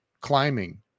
climbing